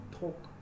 talk